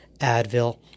Advil